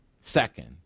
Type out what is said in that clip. Second